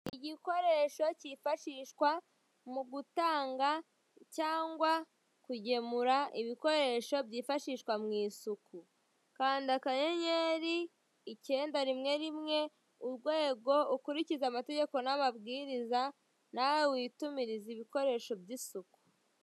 Igikoresho kifashishwa mu gutanga cyangwa kugemura ibikoresho byifashishwa mu isuku kanda akanyenyeri, ikenda rimwe rimwe urwego ukurikize amategeko n'amabwiriza, nawe witumirize ibikoresgo by'isuku.